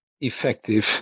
effective